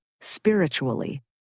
spiritually